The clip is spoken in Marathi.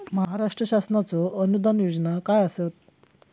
महाराष्ट्र शासनाचो अनुदान योजना काय आसत?